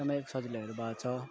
एकदमै सजिलोहरू भएको छ